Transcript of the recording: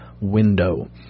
window